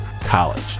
College